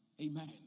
Amen